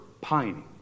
pining